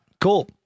Cool